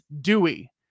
Dewey